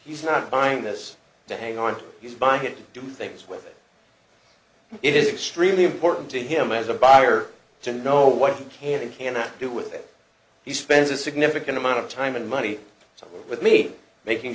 he's not buying this to hang on he's buying it to do things with it is extremely important to him as a buyer to know what he can and cannot do with it he spends a significant amount of time and money with me making